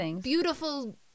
beautiful